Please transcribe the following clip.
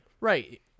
Right